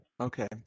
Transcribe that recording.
Okay